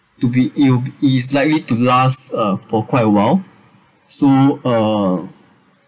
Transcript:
to be il~ it is likely to last uh for quite awhile so uh